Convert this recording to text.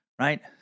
Right